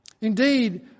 Indeed